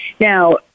Now